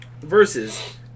Versus